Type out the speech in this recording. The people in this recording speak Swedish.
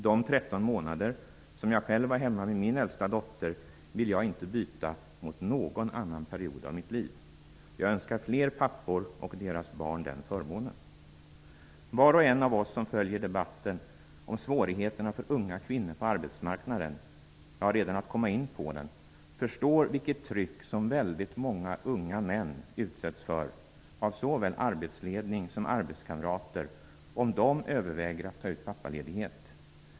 De 13 månader som jag själv var hemma med min äldsta dotter vill jag inte byta mot någon annan period av mitt liv. Jag önskar fler pappor och deras barn den förmånen. Var och en av oss som följer debatten om vilka svårigheter unga kvinnor har på arbetsmarknaden, ja, redan att komma in på den, förstår vilket tryck som väldigt många unga män utsätts för av såväl arbetsledning som arbetskamrater om de överväger att ta ut pappaledighet.